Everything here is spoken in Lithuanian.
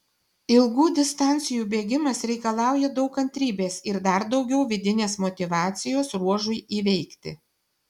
ilgų distancijų bėgimas reikalauja daug kantrybės ir dar daugiau vidinės motyvacijos ruožui įveikti